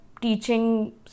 teaching